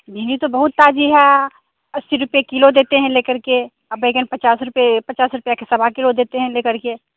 भिन्डी तो बहुत ताजी है अस्सी रूपए किलो देते हैं ले करके और बैगन पचास रूपए पचास रुपया के सवा किलो देते हैं ले करके